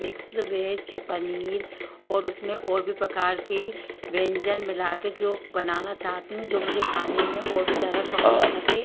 mix veg paneer और उसमें और भी प्रकार के व्यंजन मिलाके जो बनाना चाहती हूँ जो मुझे खाने में और भी ज़्यादा स्वादिष्ट लगे